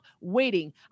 waiting